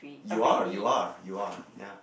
you are you are you are ya